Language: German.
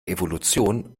evolution